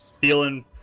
feeling